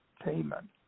payment